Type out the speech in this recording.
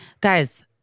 Guys